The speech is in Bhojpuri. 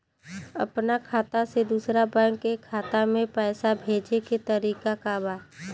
अपना खाता से दूसरा बैंक के खाता में पैसा भेजे के तरीका का बा?